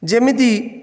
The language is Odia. ଯେମିତି